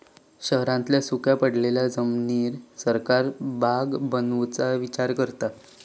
शहरांतल्या सुख्या पडलेल्या जमिनीर सरकार बाग बनवुचा विचार करता